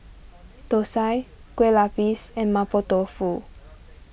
Thosai Kueh Lupis and Mapo Tofu